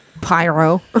pyro